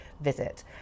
visit